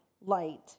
light